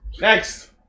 Next